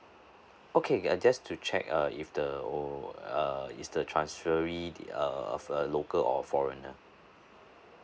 okay uh just to check uh if the or err is the transferee the uh of a local or a foreigner